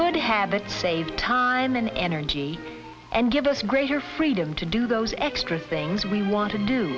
good habits save time and energy and give us greater freedom to do those extra things we want to do